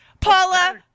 Paula